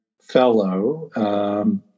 fellow